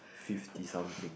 fifty something